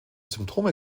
symptome